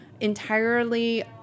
entirely